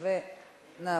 5 נתקבלו.